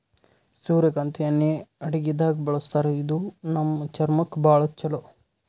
ಸೂರ್ಯಕಾಂತಿ ಎಣ್ಣಿ ಅಡಗಿದಾಗ್ ಬಳಸ್ತಾರ ಇದು ನಮ್ ಚರ್ಮಕ್ಕ್ ಭಾಳ್ ಛಲೋ